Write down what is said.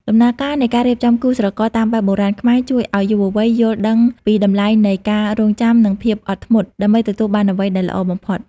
ដំណើរការនៃការរៀបចំគូស្រករតាមបែបបុរាណខ្មែរ ជួយឱ្យយុវវ័យយល់ដឹងពីតម្លៃនៃ "ការរង់ចាំ និងភាពអត់ធ្មត់" ដើម្បីទទួលបានអ្វីដែលល្អបំផុត។